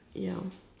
ya